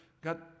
God